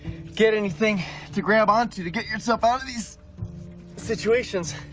get anything to grab onto to get yourself out of these situations,